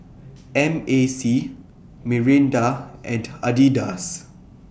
M A C Mirinda and Adidas